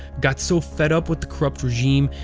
got so fed up with the corrupt regime,